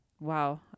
wow